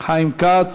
חיים כץ